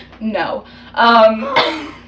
No